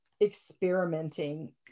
experimenting